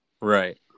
right